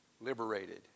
liberated